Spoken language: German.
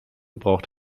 braucht